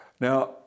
Now